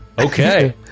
Okay